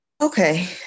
Okay